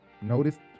noticed